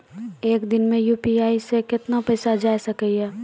एक दिन मे यु.पी.आई से कितना पैसा जाय सके या?